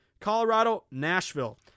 Colorado-Nashville